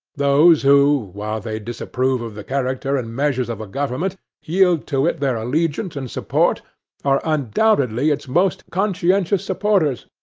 those who, while they disapprove of the character and measures of a government, yield to it their allegiance and support are undoubtedly its most conscientious supporters,